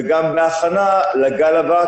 וגם כהכנה לגל הבאה,